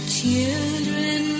children